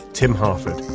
tim harford.